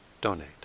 donate